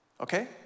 Okay